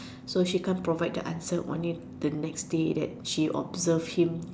so she can't provide the answer only the next day that she observed him